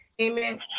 amen